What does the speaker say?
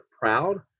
proud